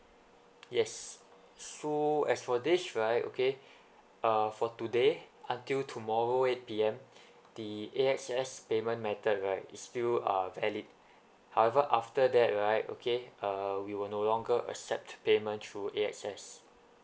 yes so as for this right okay uh for today until tomorrow eight P_M the A_X_S payment method right is still uh valid however after that right okay uh we were no longer accept payment through A_X_S